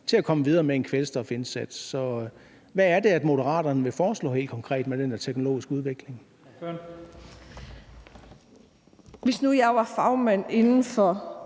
til at komme videre med en kvælstofindsats. Så hvad er det, Moderaterne vil foreslå helt konkret i forhold til den der teknologiske udvikling? Kl. 14:32 Første næstformand (Leif